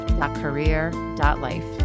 career.life